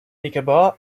nicobar